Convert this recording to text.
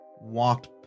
walked